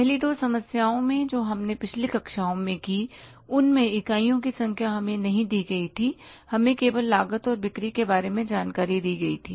पहली दो समस्याओं में जो हमने पिछली कक्षाओं में की उनमें इकाइयों की संख्या हमें नहीं दी गई थी हमें केवल लागत और बिक्री के बारे में जानकारी दी गई थी